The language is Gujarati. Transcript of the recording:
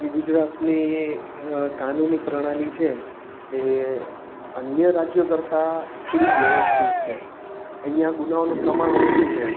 ગુજરાતની કાનૂની પ્રણાલી છે એ અન્ય રાજ્યો કરતાં થોડી વ્યવસ્થિત છે અહીંયા ગુનાહોનું પ્રમાણ ઓછું છે